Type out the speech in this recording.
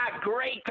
great